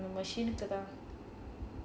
machine கு தான்:ku thaan